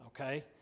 Okay